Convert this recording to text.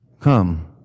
Come